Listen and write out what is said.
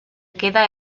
queda